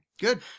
Good